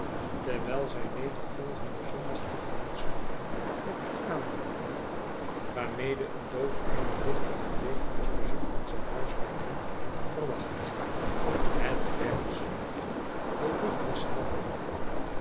terwijl zijn neef den volgenden zondag te gemoet zag met aandoeningen waarmede een doodarme dichter het wekelijksch bezoek van zijne huiswaardin verwacht het werd zondag de lucht was helder